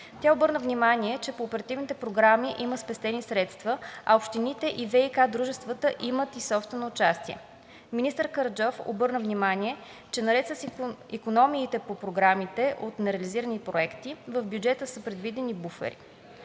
Тя обърна внимание, че по оперативните програми има спестени средства, а общините и ВиК дружествата имат и собствено участие. Министър Караджов обърна внимание, че наред с икономиите по програмите от нереализирани проекти в бюджета са предвидени буфери.